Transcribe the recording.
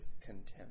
contempt